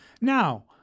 Now